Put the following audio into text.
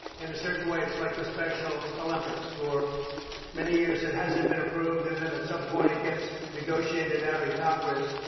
in a certain way, it's like the special olympics. for many years, it hasn't been approved, and then, at some point, it gets negotiated out in congress.